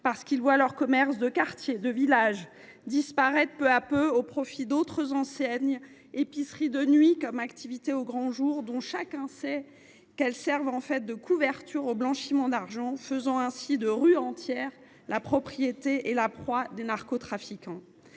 : ils voient leurs commerces de quartier ou de village disparaître peu à peu au profit d’autres enseignes, épiceries de nuit comme activités au grand jour, dont chacun sait qu’elles servent en fait de couverture au blanchiment d’argent. C’est ainsi que des rues entières deviennent la propriété et la proie des narcotrafiquants.